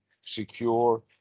secure